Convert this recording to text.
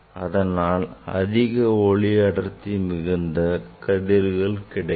இதனால் அதிக ஒளிஅடர்த்தி மிகுந்த கதிர்கள் கிடைக்கும்